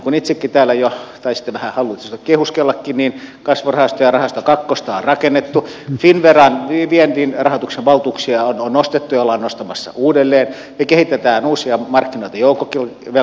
niin kuin itsekin täällä jo taisitte vähän hallitusta kehuskellakin niin kasvurahastojen rahasto iita on rakennettu finnveran viennin rahoituksen valtuuksia on nostettu ja ollaan nostamassa uudelleen ja kehitetään uusia markkinoita joukkovelkakirjamarkkinoille